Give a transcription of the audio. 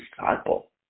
disciple